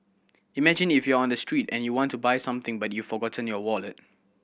imagine if you're on the street and you want to buy something but you've forgotten your wallet